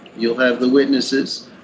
you'll have the witnesses.